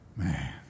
Man